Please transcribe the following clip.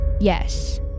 Yes